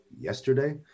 yesterday